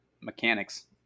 mechanics